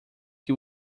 que